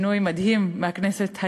שינוי מדהים מהכנסת ההיא,